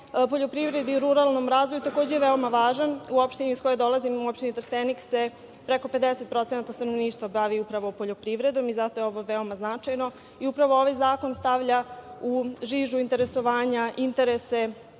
poljoprivredi i ruralnom razvoju, koji je takođe veoma važan u opštini iz koje dolazim, opštini Trstenik, preko 50% stanovništva se bavi upravo poljoprivredom i zato je ovo veoma značajno. Upravo ovaj zakon stavlja u žižu interesovanja interese